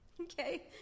okay